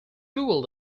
google